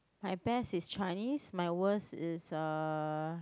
my best is Chinese my worst is uh